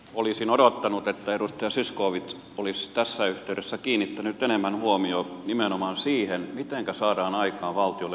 olisin odottanut että edustaja zyskowicz olisi tässä yhteydessä kiinnittänyt enemmän huomiota nimenomaan siihen mitenkä saadaan aikaan valtiolle lisää tuloja